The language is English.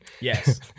Yes